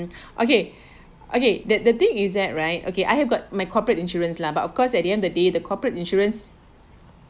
okay okay that the thing is that right okay I have got my corporate insurance lah but of course at the end the day the corporate insurance